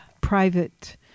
private